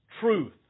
truth